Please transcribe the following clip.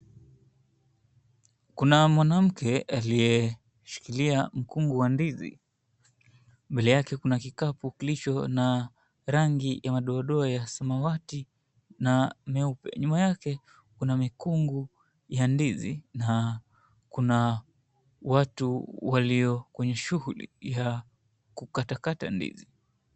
Kuna mwanamke aliyeshikilia mkungu wa ndizi, mbele yake kuna kikapu kilicho na rangi ya madoadoa ya samawati, na 𝑛𝑦𝑒𝑢𝑝𝑒 nyuma yake kuna mikunga ya ndizi na kuna watu walio kwenye shughuli ya kukatakata ndizi.